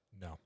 No